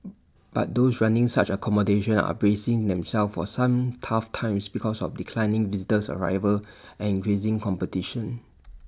but those running such accommodation are bracing themselves for some tough times because of declining visitors arrivals and increasing competition